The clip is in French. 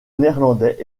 néerlandais